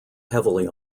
heavily